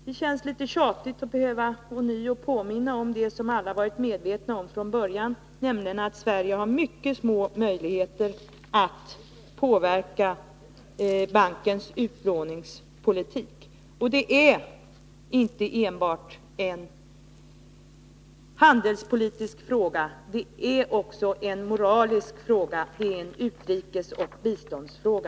Det känns litet tjatigt att ånyo behöva påminna om det som alla har varit medvetna om från början, nämligen att Sverige har mycket små möjligheter att påverka bankens utlåningspolitik. Och det är inte enbart en handelspolitisk fråga — det är också en moralisk och en utrikesoch biståndsfråga.